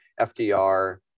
FDR